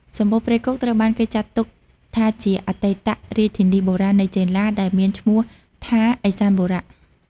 សំបូរព្រៃគុកត្រូវបានគេចាត់ទុកថាជាអតីតរាជធានីបុរាណនៃចេនឡា ដែលមានឈ្មោះថាឦសានបុរៈ។